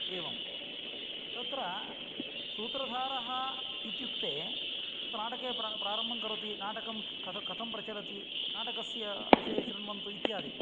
एवं तत्र सूत्रधारः इत्युक्ते नाटके प्रारम्भं करोति नाटकं कथं प्रचलति नाटकस्य विषये श्रुण्वन्तु इत्यादि